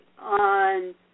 on